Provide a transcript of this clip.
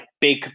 big